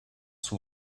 son